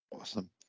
Awesome